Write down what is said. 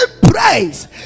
praise